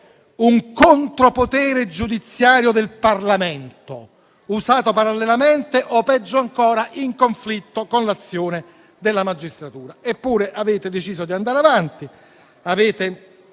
un contropotere giudiziario del Parlamento, usato parallelamente o, peggio ancora, in conflitto con l'azione della magistratura. Eppure, avete deciso di andare avanti,